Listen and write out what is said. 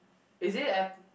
is it at